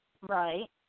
Right